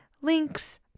links